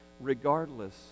regardless